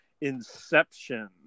Inception